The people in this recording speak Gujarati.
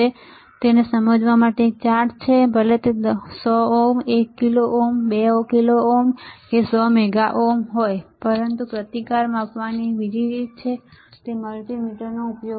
તેથી અવરોધનું મૂલ્ય શું છે તે સમજવા માટે એક ચાર્ટ છેભલે તે 100 ohm 1 kilo ohm 2 kilo ohm 100 mega ohm હોય પરંતુ પ્રતિકાર માપવાની બીજી રીત છે અને તે છે મલ્ટિમીટરનો ઉપયોગ